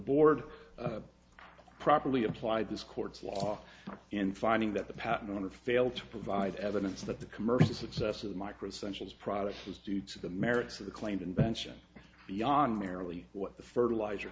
board properly applied this court's law in finding that the patent or fail to provide evidence that the commercial success of micro sentients products is due to the merits of the claimed invention beyond merely what the fertilizer